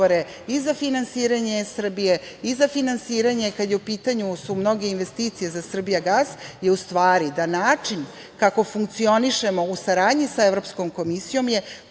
i za finansiranje Srbije i za finansiranje kada su u pitanju mnoge investicije za „Srbijagas“ je u stvari da način kako funkcionišemo u saradnji sa Evropskom komisijom je